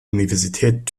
universität